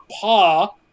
paw